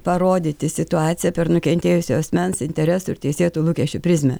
parodyti situaciją per nukentėjusio asmens interesų ir teisėtų lūkesčių prizmę